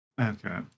okay